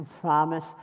promise